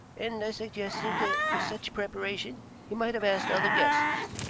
and i suggested that with such preparation he might have asked other guests.